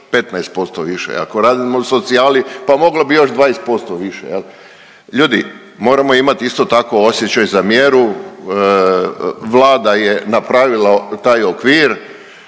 15% više, ako radimo u socijali pa moglo bi još 20% više. Ljudi moramo imati isto tako osjećaj za mjeru. Vlada je napravila taj okvir,